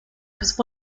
was